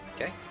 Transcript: Okay